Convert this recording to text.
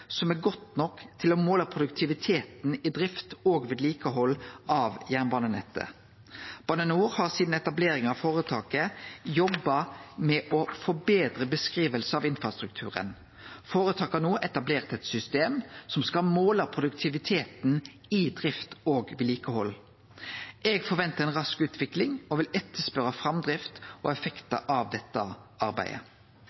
som er godt nok til å måle produktiviteten i drift og vedlikehald av jernbanenettet. Bane NOR har sidan etableringa av føretaket jobba med å forbetre beskrivinga av infrastrukturen. Føretaket har no etablert eit system som skal måle produktiviteten i drift og vedlikehald. Eg forventar ei rask utvikling og vil etterspørje framdrift og